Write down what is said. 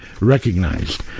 recognized